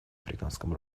африканском